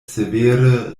severe